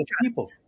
people